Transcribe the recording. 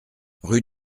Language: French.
rue